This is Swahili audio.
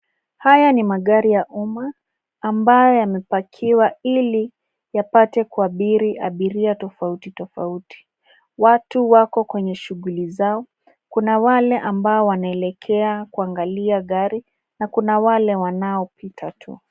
Haya ni magari ya umma, ambayo yamepakiwa ili yapate kuabiri abiria tofauti tofauti. Watu wako kwenye shughuli zao. Kuna wale ambao wanaelekea kuangalia gari, na kuna wale wanaopita tu.